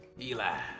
Eli